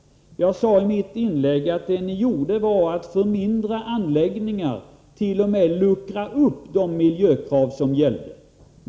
Jag sade i mitt inlägg att det ni gjorde var att för mindre anläggningar t.o.m. luckra upp de miljökrav som gällde.